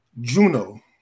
Juno